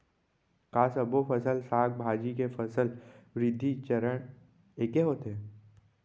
का सबो फसल, साग भाजी के फसल वृद्धि चरण ऐके होथे?